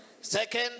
second